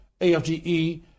AFGE